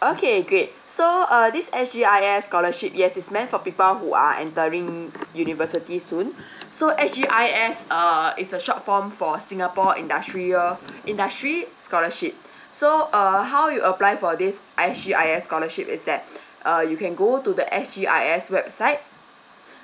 okay great so uh this S G I S scholarship yes is meant for people who are entering university soon so S G I S err is a short form for singapore industrial industry scholarship so err how you apply for this S G I S scholarship is that uh you can go to the S G I S website